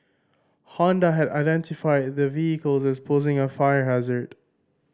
Honda had identified the vehicles as posing a fire hazard